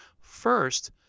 First